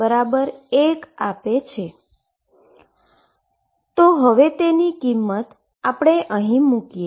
તિ હવે તેની કિંમત આપણે અહી મુકીએ